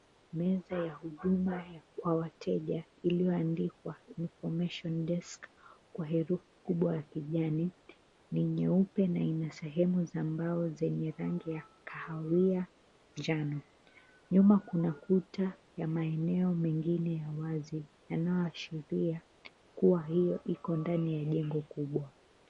Meza ya huduma kwa wateja iliyoandiikwa Information desk kwa herufi kubwa ya kijani ni nyeupe na ina sehemu za mbao zenye rangi ya kahawia njano. Nyuma kuna kuta ya maeneo mengine ya wazi yanayoashiria kuwa hiyo iko ndani ya jengo kubwa.